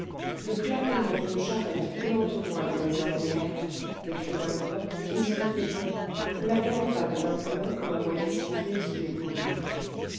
le claquement d'une charrette roulant au loin dans les ornières le cri d'un coq qui se répétait ou la galopade d'un poulain que l'on voyait s'enfuir sous les pommiers